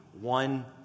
one